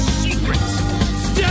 secrets